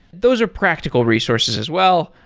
those are practical resources as well.